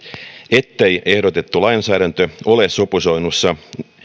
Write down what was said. ettei ehdotettu lainsäädäntö ole sopusoinnussa